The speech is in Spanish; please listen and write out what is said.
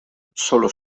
sólo